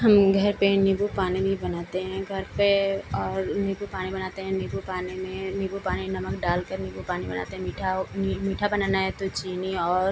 हम घर पर नीम्बू पानी भी बनाते हैं घर पर और नीम्बू पानी बनाते हैं नीम्बू पानी में नीम्बू पानी नमक डालकर नीम्बू पानी बनाते हैं मीठा हो मीठा बनाना है तो चीनी और